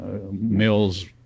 mills